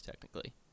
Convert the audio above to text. technically